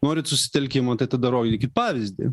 norit susitelkimo tai tada rodykit pavyzdį